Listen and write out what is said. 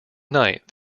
night